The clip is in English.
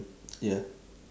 ya